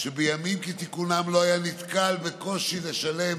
שבימים כתיקונם לא היה נתקל בקושי לשלם